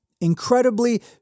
incredibly